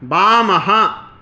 वामः